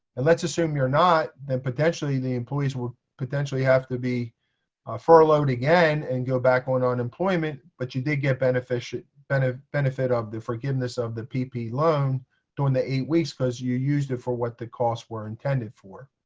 and let's assume you're not. then potentially the employees will potentially have to be furloughed again and go back on unemployment. but you did get benefit and ah benefit of the forgiveness of the ppp loan during the eight weeks because you used it for what the costs were intended for.